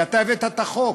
כי אתה הבאת את החוק.